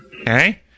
Okay